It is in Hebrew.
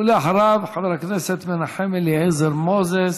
ואחריו, חבר הכנסת מנחם אליעזר מוזס.